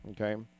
Okay